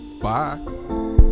bye